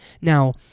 Now